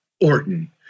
orton